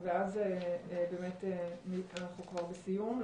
ואז באמת אנחנו כבר בסיום.